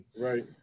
Right